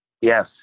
Yes